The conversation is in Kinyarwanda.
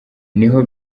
niho